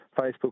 Facebook